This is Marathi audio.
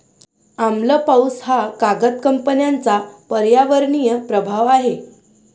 आम्ल पाऊस हा कागद कंपन्यांचा पर्यावरणीय प्रभाव आहे